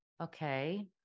Okay